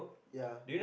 ya